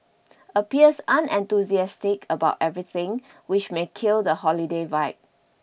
appears unenthusiastic about everything which may kill the holiday vibe